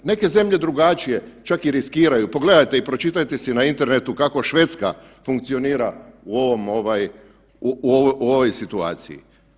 Neke zemlje drugačije čak i riskiraju, pogledajte i pročitajte si na internetu kako Švedska funkcionira u ovom ovaj, u ovoj situaciji.